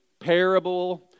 parable